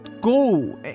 go